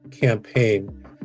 campaign